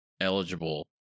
eligible